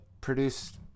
produced